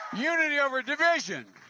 unity over division.